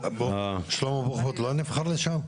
--- שלמה בוחבוט לא נבחר לשם?